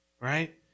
right